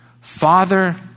Father